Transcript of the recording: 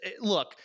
look